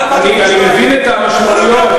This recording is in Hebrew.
אני מבין את המשמעויות,